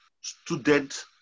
Student